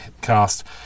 cast